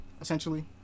essentially